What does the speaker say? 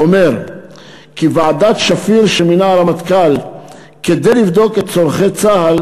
אומר כי "ועדת שפיר שמינה הרמטכ"ל כדי לבדוק את צורכי צה"ל